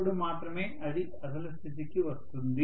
అప్పుడు మాత్రమే అది అసలు స్థితికి వస్తుంది